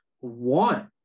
want